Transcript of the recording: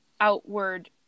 outward